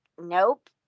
nope